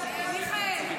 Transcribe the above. מיכאל,